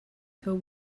feu